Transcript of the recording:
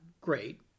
great